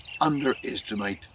underestimate